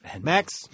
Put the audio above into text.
Max